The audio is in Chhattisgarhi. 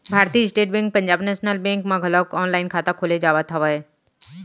भारतीय state bank Punjab national bank म घलोक ऑनलाईन खाता खोले जावत हवय